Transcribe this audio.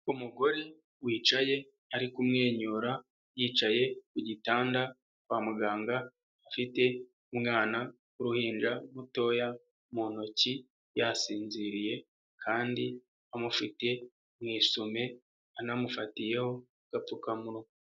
Umugore wicaye ari kumwenyura, yicaye ku gitanda kwa muganga afite umwana w'uruhinja rutoya mu ntoki yasinziriye kandi amufite mu isume anamufatiyeho agapfukamunwa.